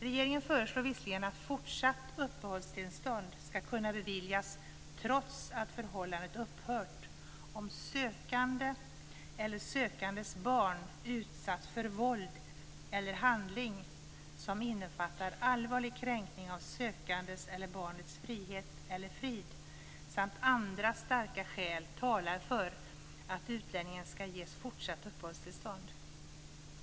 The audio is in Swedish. Regeringen förslår visserligen att fortsatt uppehållstillstånd ska kunna beviljas, trots att förhållande upphört, om den sökande eller dennes barn utsatts för våld eller handling som innefattar allvarlig kränkning av den sökandes eller barnets frihet eller frid, samt om andra starka skäl talar för att utlänningen ska ges fortsatt uppehållstillstånd.